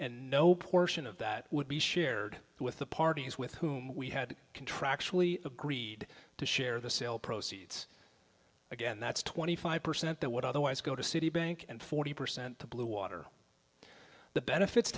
and no portion of that would be shared with the parties with whom we had contractually agreed to share the proceeds again that's twenty five percent that would otherwise go to citibank and forty percent to bluewater the benefits